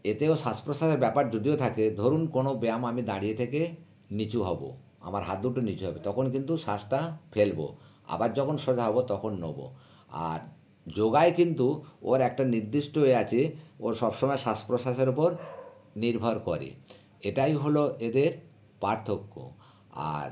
এতেও শ্বাস প্রশ্বাসের ব্যাপার যদিও থাকে ধরুন কোনো ব্যায়াম আমি দাঁড়িয়ে থেকে নিচু হবো আমার হাত দুটো নিচু হবে তখন কিন্তু শ্বাসটা ফেলবো আবার যখন সোজা হবো তখন নোবো আর যোগায় কিন্তু ওর একটা নির্দিষ্ট এ আছে ওর সব সময় শ্বাস প্রশ্বাসের ওপর নির্ভর করে এটাই হলো এদের পার্থক্য আর